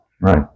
right